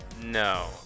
No